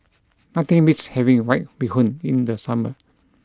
nothing beats having white bee hoon in the summer